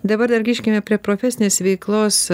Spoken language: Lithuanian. dabar dar grįžkime prie profesinės veiklos